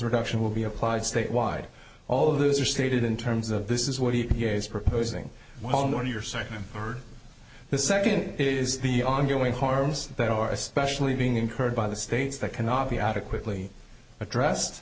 reduction will be applied statewide all of those are stated in terms of this is what he is proposing well known your second or the second is the ongoing harms that are especially being incurred by the states that cannot be adequately addressed